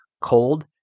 cold